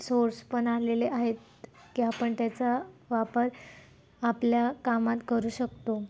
source पण आलेले आहेत की आपण त्याचा वापर आपल्या कामात करू शकतो